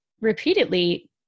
repeatedly